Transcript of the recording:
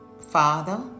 father